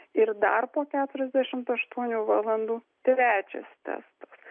ir dar po keturiasdešimt aštuonių valandų trečias testas